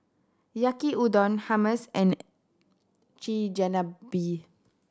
Yaki Udon Hummus and Chigenabe